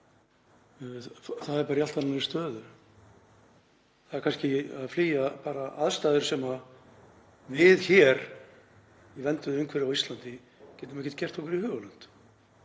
það er bara í allt annarri stöðu. Það er kannski að flýja aðstæður sem við hér, í vernduðu umhverfi á Íslandi, getum ekki gert okkur í hugarlund.